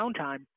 downtime